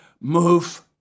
move